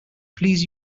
please